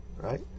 right